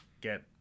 get